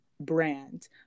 brand